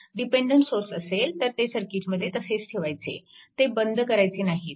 dependent source असेल तर ते सर्किटमध्ये तसेच ठेवायचे ते बंद करायचे नाहीत